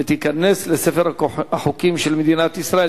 ותיכנס לספר החוקים של מדינת ישראל.